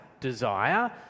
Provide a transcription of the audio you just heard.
desire